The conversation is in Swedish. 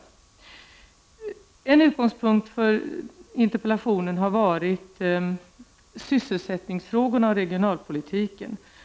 En utgångspunkt för interpellationen har varit sysselsättningsfrågorna och regionalpolitiken.